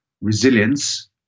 resilience